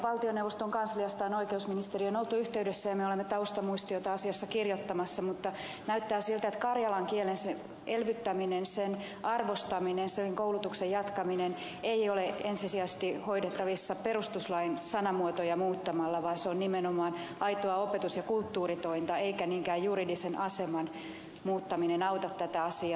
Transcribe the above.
valtioneuvoston kansliasta on oikeusministeriöön oltu yhteydessä ja me olemme taustamuistiota asiassa kirjoittamassa mutta näyttää siltä että karjalan kielen elvyttäminen sen arvostaminen sen koulutuksen jatkaminen ei ole ensisijaisesti hoidettavissa perustuslain sanamuotoja muuttamalla vaan se on nimenomaan aitoa opetus ja kulttuuritointa eikä niinkään juridisen aseman muuttaminen auta tätä asiaa